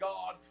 God